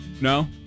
No